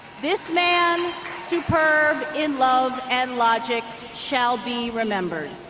this man, superb in love and logic, shall be remembered.